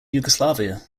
yugoslavia